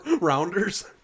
Rounders